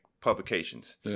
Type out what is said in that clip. publications